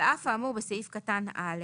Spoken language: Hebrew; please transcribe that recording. (ב) על אף האמור בסעיף קטן (א),